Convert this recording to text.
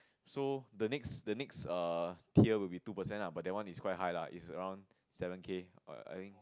so the next the next err tier will be two percent lah but that one is quite high lah it's around seven K err I think